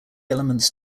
elements